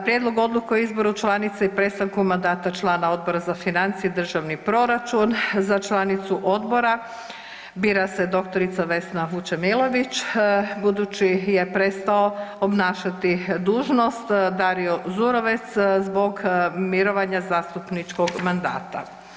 Prijedlog odluke o izboru članica i prestanku mandata člana Odbora za financije i državni proračun, za članicu odbora bira se dr. Vesna Vučemilović, budući je prestao obnašati dužnost Dario Zurovec zbog mirovanja zastupničkog mandata.